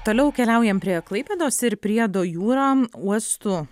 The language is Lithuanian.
toliau keliaujam prie klaipėdos ir priedo jūra uostų